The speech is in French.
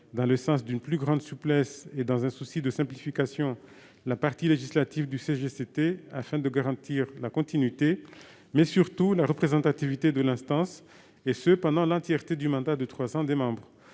dans le sens d'une plus grande souplesse, et dans un souci de simplification, la partie législative du CGCT afin de garantir non seulement la continuité, mais surtout la représentativité de l'instance, pendant l'entièreté du mandat de trois ans de ses membres.